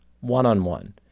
one-on-one